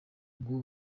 ngo